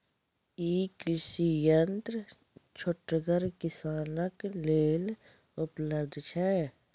ई कृषि यंत्र छोटगर किसानक लेल उपलव्ध छै?